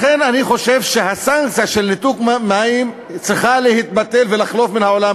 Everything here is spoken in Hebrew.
לכן אני חושב שהסנקציה של ניתוק מים צריכה להתבטל ולחלוף מן העולם,